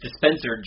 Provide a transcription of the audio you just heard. dispenser